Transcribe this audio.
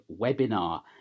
webinar